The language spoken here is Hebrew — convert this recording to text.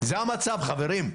זה המצב חברים,